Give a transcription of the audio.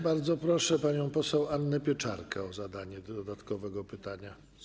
Bardzo proszę panią poseł Annę Pieczarkę o zadanie dodatkowego pytania.